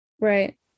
Right